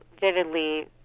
vividly